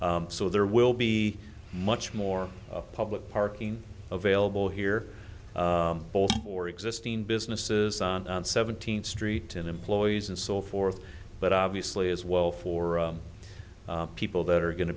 so there will be much more public parking available here both for existing businesses on seventeenth street and employees and so forth but obviously as well for people that are going to